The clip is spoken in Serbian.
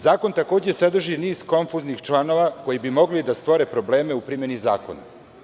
Zakon takođe sadrži niz konfuznih članova koji bi mogli da stvore probleme u primeni zakona.